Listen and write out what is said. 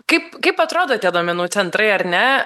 kaip kaip atrodo tie duomenų centrai ar ne